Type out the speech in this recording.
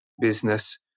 business